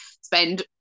spend